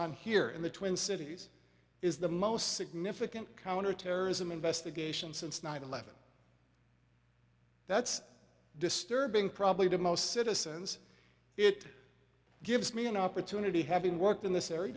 on here in the twin cities is the most significant counterterrorism investigation since nine eleven that's disturbing probably to most citizens it gives me an opportunity having worked in this area